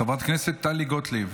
חברת הכנסת טלי גוטליב.